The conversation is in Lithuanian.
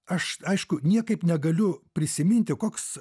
aš aišku niekaip negaliu prisiminti koks